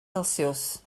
celsius